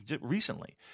recently